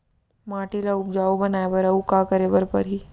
माटी ल उपजाऊ बनाए बर अऊ का करे बर परही?